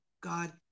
God